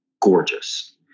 gorgeous